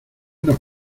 nos